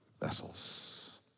vessels